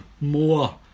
More